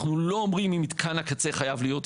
אנחנו לא אומרים אם מתקן הקצה חייב להיות,